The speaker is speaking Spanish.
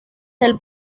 del